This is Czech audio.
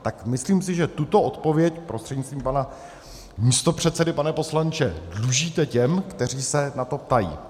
Tak myslím si, že tuto odpověď, prostřednictvím pana místopředsedy pane poslanče, dlužíte těm, kteří se na to ptají.